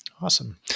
Awesome